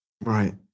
Right